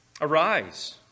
Arise